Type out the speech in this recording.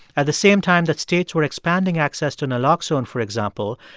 at the same time that states were expanding access to naloxone, for example,